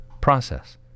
process